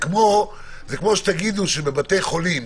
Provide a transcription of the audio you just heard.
זה כמו שתגידו שבבתי חולים,